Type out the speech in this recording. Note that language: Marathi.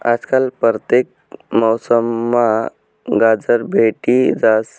आजकाल परतेक मौसममा गाजर भेटी जास